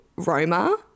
Roma